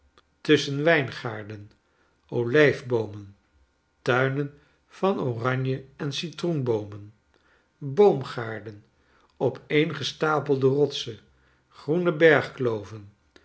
tusschen wijngaarden olijfboomen tuinen van oranje en citroenboomen boomgaarden opeengestapelde rotsen groene bergkloven